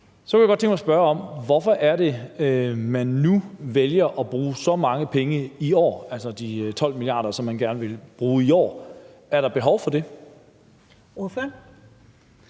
Så kunne jeg godt tænke mig at spørge: Hvorfor er det, at man vælger at bruge så mange penge i år, altså de 12 mia. kr., som man gerne vil bruge i år? Er der behov for det? Kl.